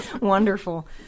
Wonderful